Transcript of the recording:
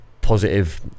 positive